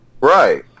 Right